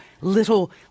little